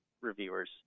reviewers